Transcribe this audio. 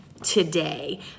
Today